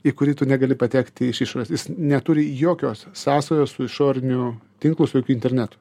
į kurį tu negali patekti iš išorės jis neturi jokios sąsajos su išoriniu tinklu su jokiu internetu